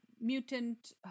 mutant